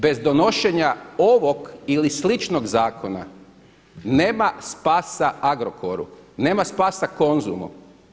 Bez donošenja ovog ili sličnog zakona nema spasa Agrokoru, nema spasa Konzumu.